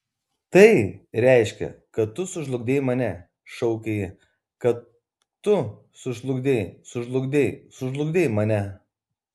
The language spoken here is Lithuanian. tai reiškia kad tu sužlugdei mane šaukė ji kad tu sužlugdei sužlugdei sužlugdei mane